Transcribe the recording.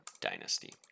Dynasty